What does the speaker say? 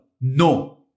No